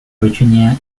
virginia